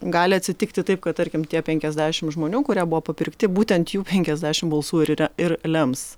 gali atsitikti taip kad tarkim tie penkiasdešimt žmonių kurie buvo papirkti būtent jų penkiasdešimt balsų ir rem ir lems